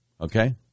Okay